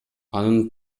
анын